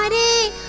um a